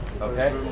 Okay